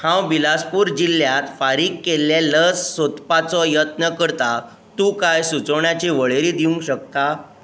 हांव बिलासपूर जिल्ल्यात फारीक केल्ले लस सोदपाचो यत्न करता तूं काय सुचोवण्याची वळेरी दिवंक शकता